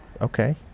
Okay